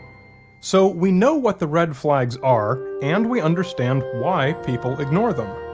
so we know what the red flags are, and we understand why people ignore them.